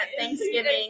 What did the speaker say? Thanksgiving